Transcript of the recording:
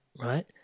right